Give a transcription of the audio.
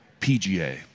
PGA